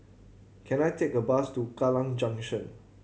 can I take a bus to Kallang Junction